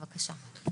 בבקשה.